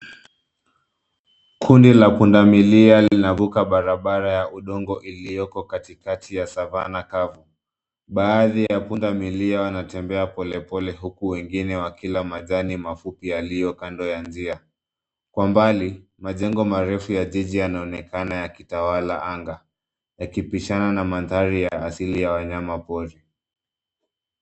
Kundi la pundamilia linavuka barabara ya udongo iliyoko katikati ya savana kavu. Baadhi ya pundamillia wanatembea polepole huku wengine wakila majani mafupi yaliyo kando ya njia. Kwa mbali majengo marefu ya jiji yanaonekana yakitawala anga yakipishana na mandhari ya asili ya wanyama pori.